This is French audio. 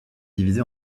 divisé